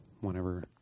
Whenever